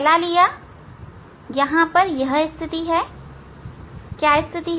पहला स्थिति में यह क्या है